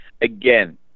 Again